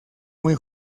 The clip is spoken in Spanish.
muy